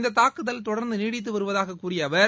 இந்தத் தாக்குதல் தொடர்ந்து நீடித்து வருவதாகவும் கூறிய அவர்